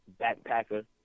backpacker